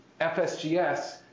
FSGS